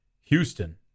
Houston